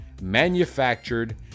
manufactured